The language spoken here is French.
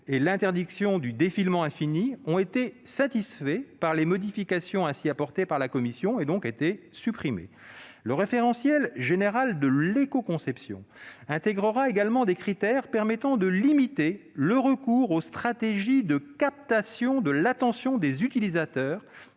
et l'interdiction du défilement infini, ont été satisfaits par les modifications ainsi apportées par la commission, et ont donc été supprimés. Le référentiel général de l'écoconception intégrera également des critères permettant de limiter le recours aux stratégies de captation de l'attention des utilisateurs,